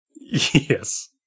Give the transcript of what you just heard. Yes